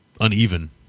uneven